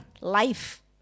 life